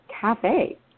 cafe